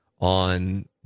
on